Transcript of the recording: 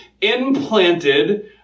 implanted